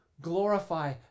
glorify